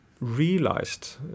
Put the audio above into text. realized